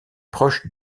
proche